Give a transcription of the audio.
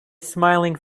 smiling